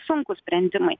sunkūs sprendimai